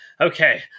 okay